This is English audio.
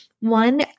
One